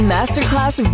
Masterclass